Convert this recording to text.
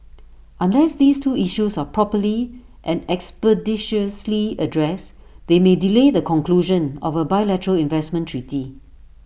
unless these two issues are properly and expeditiously addressed they may delay the conclusion of A bilateral investment treaty